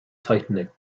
tightening